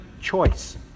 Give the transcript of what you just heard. choice